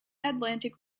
atlantic